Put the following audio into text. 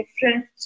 different